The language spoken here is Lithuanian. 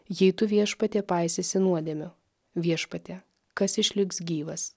jei tu viešpatie paisysi nuodėmių viešpatie kas išliks gyvas